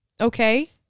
Okay